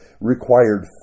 required